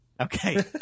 okay